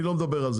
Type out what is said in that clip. אני לא מדבר על זה.